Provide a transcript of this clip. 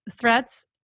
threats